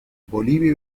bolivia